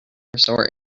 resort